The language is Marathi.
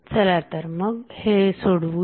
चला तर मग हे सोडवूया